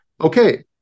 Okay